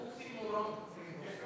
אוקסימורון.